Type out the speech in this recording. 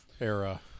era